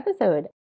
episode